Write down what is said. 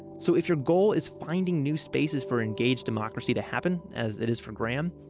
so, if your goal is finding new spaces for engaged democracy to happen, as it is for graham,